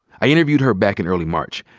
i interviewed her back in early march.